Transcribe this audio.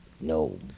no